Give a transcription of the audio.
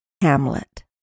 Hamlet